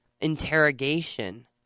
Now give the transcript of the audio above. interrogation